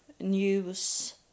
news